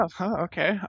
okay